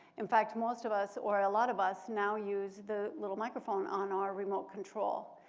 in fact, most of us, or a lot of us, now use the little microphone on our remote control.